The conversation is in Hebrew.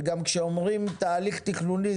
כשאומרים תהליך תכנוני,